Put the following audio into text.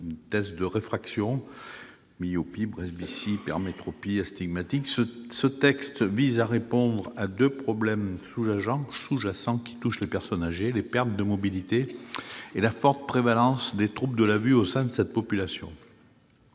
et de déceler la myopie, l'hypermétropie, l'astigmatisme et la presbytie. Ce texte vise à répondre à deux problèmes sous-jacents qui touchent les personnes âgées : les pertes de mobilité et la forte prévalence des troubles de la vue au sein de cette population.